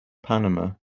panama